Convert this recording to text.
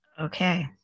Okay